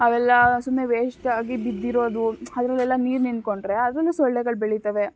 ಅವೆಲ್ಲ ಸುಮ್ಮನೆ ವೇಸ್ಟ್ ಆಗಿ ಬಿದ್ದಿರೋದು ಅದರಲ್ಲೆಲ್ಲ ನೀರು ನಿಂತುಕೊಂಡ್ರೆ ಅದರಲ್ಲು ಸೊಳ್ಳೆಗಳು ಬೆಳಿತಾವೆ